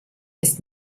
ist